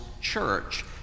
church